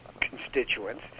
constituents